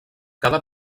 cada